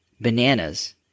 bananas